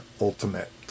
Ultimate